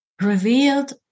revealed